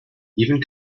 even